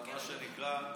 חכה.